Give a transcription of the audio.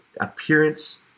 appearance